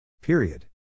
Period